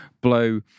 blow